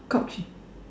court shoe